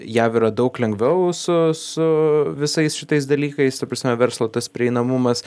jav yra daug lengviau su su visais šitais dalykais ta prasme verslo tas prieinamumas